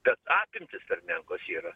bet apimtys per menkos yra